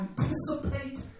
anticipate